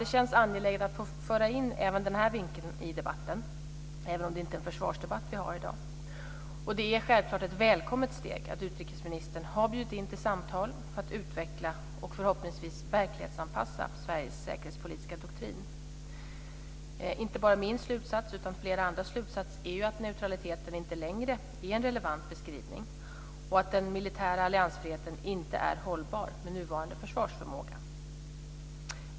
Det känns angeläget att få föra in även denna vinkel i debatten, även om det inte är en försvarsdebatt som vi har i dag. Och det är självklart ett välkommet steg att utrikesministern har bjudit in till samtal för att utveckla och förhoppningsvis verklighetsanpassa Sveriges säkerhetspolitiska doktrin. Inte bara min slutsats utan flera andras slutsats är ju att neutraliteten inte längre är en relevant beskrivning och att den militära alliansfriheten inte är hållbar med nuvarande försvarsförmåga.